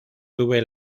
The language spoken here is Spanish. tuve